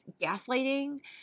gaslighting